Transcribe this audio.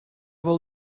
wol